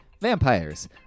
vampires